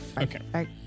Okay